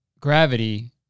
gravity